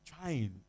Trying